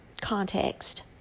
context